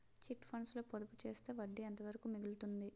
Chit funds లో పొదుపు చేస్తే వడ్డీ ఎంత వరకు మిగులుతుంది?